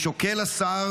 שוקל השר